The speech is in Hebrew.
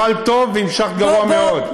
התחלת טוב והמשכת גרוע מאוד.